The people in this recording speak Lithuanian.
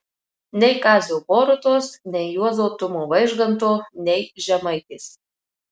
nei kazio borutos nei juozo tumo vaižganto nei žemaitės